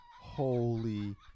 Holy